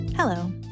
Hello